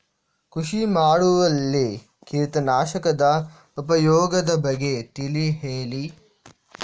ಕೃಷಿ ಮಾಡುವಲ್ಲಿ ಕೀಟನಾಶಕದ ಉಪಯೋಗದ ಬಗ್ಗೆ ತಿಳಿ ಹೇಳಿ